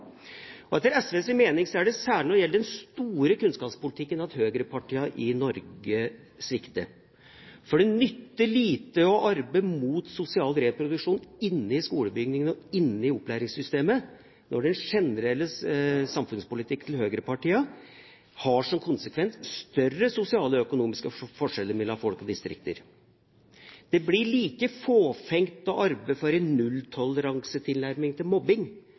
har. Etter SVs mening er det særlig når det gjelder den store kunnskapspolitikken, at høyrepartiene i Norge svikter. Det nytter lite å arbeide mot sosial reproduksjon inne i skolebygningen og inne i opplæringssystemet når den generelle samfunnspolitikken til høyrepartiene har som konsekvens større sosiale og økonomiske forskjeller mellom folk og distrikter. Det blir like fåfengt å arbeide for en nulltoleransetilnærming til mobbing